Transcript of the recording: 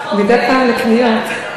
מדי פעם לקניות,